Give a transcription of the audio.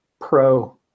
pro